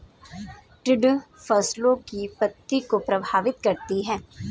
टिड्डा फसलों की पत्ती को प्रभावित करता है